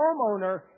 homeowner